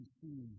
see